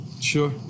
Sure